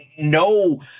no